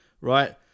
Right